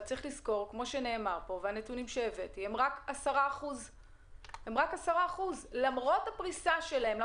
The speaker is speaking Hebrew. אבל צריך לזכור שהם רק 10%. למרות הפריסה שלהם,